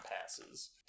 passes